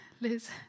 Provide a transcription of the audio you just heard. Liz